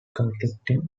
conflicting